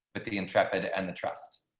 but the the intrepid and the trust.